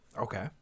okay